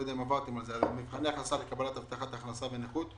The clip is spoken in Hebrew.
יודע אם עברתם על זה מבחני הכנסה לקבלת אבטחת הכנסה ונכות.